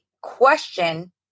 question